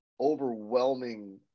overwhelming